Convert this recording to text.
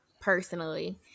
personally